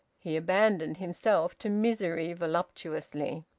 he abandoned himself to misery voluptuously.